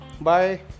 bye